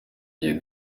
igihe